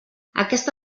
aquesta